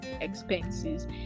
expenses